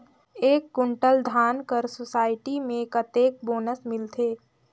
एक कुंटल धान कर सोसायटी मे कतेक बोनस मिलथे?